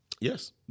Yes